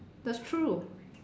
that's true